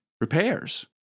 repairs